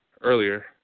earlier